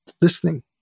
Listening